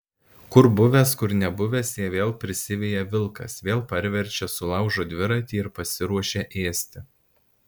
kur buvęs kur nebuvęs ją vėl pasiveja vilkas vėl parverčia sulaužo dviratį ir pasiruošia ėsti